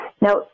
Now